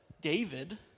David